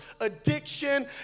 addiction